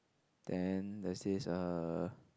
then there's this err